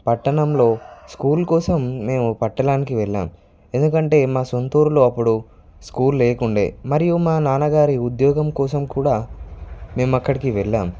పట్టణంలో స్కూల్ కోసం మేము పట్టణానికి వెళ్ళాము ఎందుకంటే మా సొంతూరులో అప్పుడు స్కూల్ లేకుండే మరియు మా నాన్నగారి ఉద్యోగం కోసం కూడా మేము అక్కడికి వెళ్ళాం